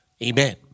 Amen